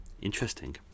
Interesting